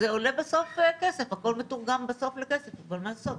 זה עולה בסוף כסף, אבל מה לעשות.